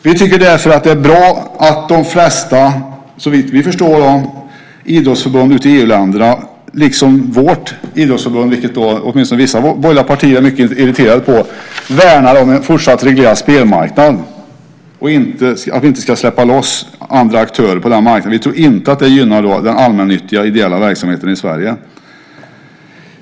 Vi tycker därför att det är bra att de flesta, såvitt vi förstår, idrottsförbund i EU-länderna liksom vårt idrottsförbund, vilket åtminstone vissa borgerliga partier är mycket irriterade på, värnar om en fortsatt reglerad spelmarknad och att vi inte ska släppa loss andra aktörer på den marknaden. Vi tror inte att det gynnar den allmännyttiga ideella verksamheten i Sverige.